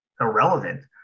irrelevant